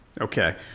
Okay